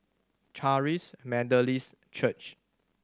Charis Methodist Church